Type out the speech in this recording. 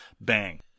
Bang